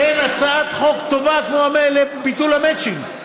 אין הצעת חוק טובה כמו ביטול המצ'ינג,